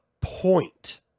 point